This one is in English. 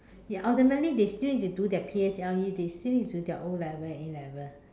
ya ultimately they still need to do their P_S_L_E they still need to do their O-levels and A-levels